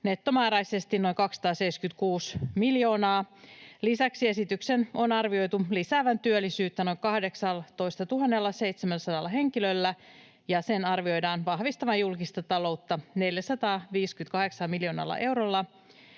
nettomääräisesti noin 276 miljoonaa. Lisäksi esityksen on arvioitu lisäävän työllisyyttä noin 18 700:lla henkilöllä, ja sen arvioidaan vahvistavan julkista taloutta 458 miljoonalla eurolla.